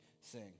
sing